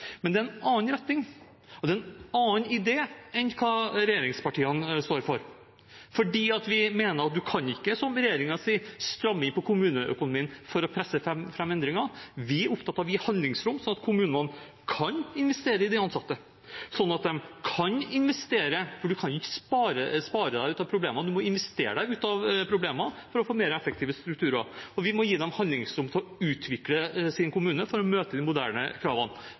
men det er en annen retning, og det er en annen idé enn hva regjeringspartiene står for, for vi mener at man kan ikke, som regjeringen sier, stramme inn på kommuneøkonomien for å presse fram endringer. Vi er opptatt av å gi handlingsrom, sånn at kommunene kan investere i de ansatte, sånn at de kan investere – for man kan ikke spare seg ut av problemene, man må investere seg ut av problemene – for å få mer effektive strukturer. Vi må gi dem handlingsrom til å utvikle sin kommune for å møte de moderne kravene,